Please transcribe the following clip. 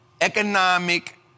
economic